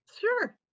Sure